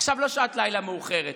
עכשיו לא שעת לילה מאוחרת,